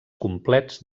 complets